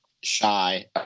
shy